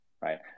right